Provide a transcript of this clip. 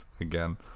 Again